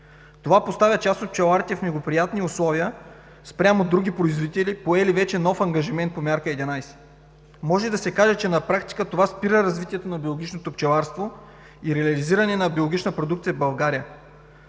Това поставя част от пчеларите в неблагоприятни условия спрямо други производители, поели вече нов ангажимент по Мярка 11. Може да се каже, че на практика това спира развитието на биологичното пчеларство и реализиране на биологична продукция в България,